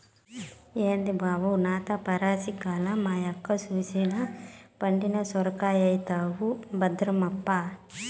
ఏంది బావో నాతో పరాసికాలు, మా యక్క సూసెనా పండిన సొరకాయైతవు భద్రమప్పా